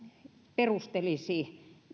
perustelisi